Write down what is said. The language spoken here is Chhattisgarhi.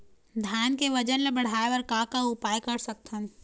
धान के वजन ला बढ़ाएं बर का उपाय कर सकथन?